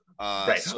Right